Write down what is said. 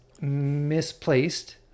misplaced